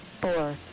four